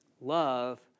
love